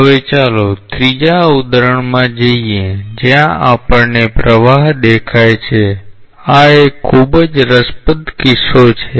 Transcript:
હવે ચાલો ત્રીજા ઉદાહરણમાં જોઈએ જ્યાં આપણને પ્રવાહ દેખાય છે આ એક ખૂબ જ રસપ્રદ કિસ્સો છે